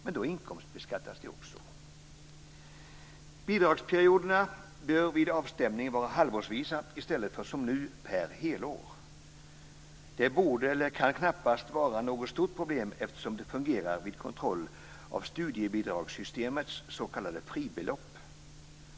Men då inkomstbeskattas de också. - Bidragsperioderna bör vid avstämning vara halvårsvisa i stället för som nu per helår. Det kan knappast vara något stort problem eftersom det fungerar vid kontroll av studiebidragssystemets s.k. fribelopp.